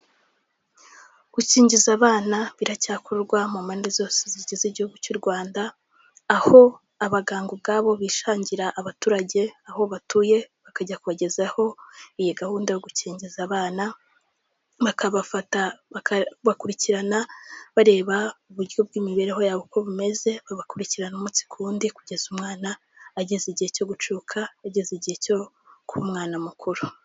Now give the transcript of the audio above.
Gukingiza abana biracyakorwa mu mpande zose zigize igihugu cy'u Rwanda aho abaganga ubwabo bisangira abaturage aho batuye bakajya kubagezaho iyi gahunda yo gukingiza abana bakabafata bakabakurikirana bareba uburyo bw'imibereho yabo uko bumeze, babakurikirana umunsi ku wundi kugeza umwana ageze igihe cyo gucuka ageze igihe cyo kuba umwana mukuru.